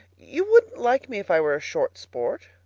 you wouldn't like me if i were a short sport.